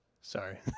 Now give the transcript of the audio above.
Sorry